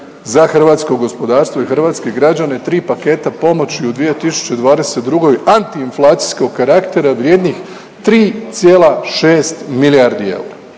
za hrvatsko gospodarstvo i hrvatske građane tri paketa pomoći u 2022. antiinflacijskog karaktera vrijednih 3,6 milijardi eura,